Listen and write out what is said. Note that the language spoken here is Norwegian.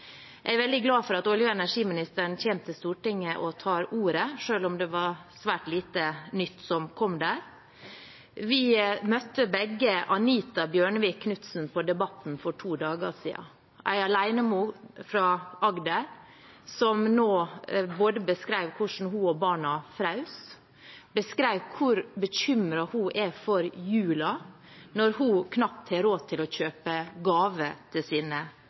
det var svært lite nytt som kom derfra. Vi møtte begge Anita Bjørnevig Knutsen på Debatten for to dager siden – en alenemor fra Agder som beskrev hvordan hun og barna nå fryser, og hvor bekymret hun er for jula, når hun knapt har råd til å kjøpe gaver til sine